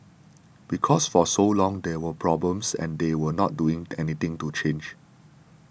because for so long there were problems and they were not doing anything to change